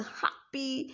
happy